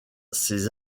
ses